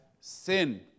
sin